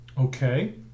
Okay